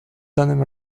danym